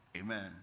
Amen